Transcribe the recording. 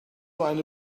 eine